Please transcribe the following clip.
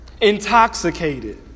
Intoxicated